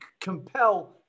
compel